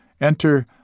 enter